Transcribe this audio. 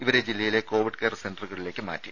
ഇവരെ ജില്ലയിലെ covid care സെന്ററുകളിലേക്ക് മാറ്റി